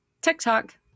TikTok